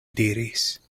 diris